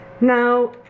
Now